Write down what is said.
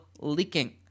leaking